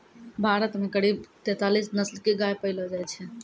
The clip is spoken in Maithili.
भारत मॅ करीब तेतालीस नस्ल के गाय पैलो जाय छै